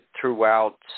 throughout